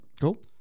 Cool